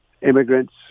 immigrants